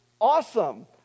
awesome